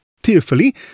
Tearfully